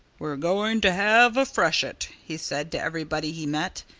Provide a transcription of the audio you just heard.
we're a-going to have a freshet he said to everybody he met.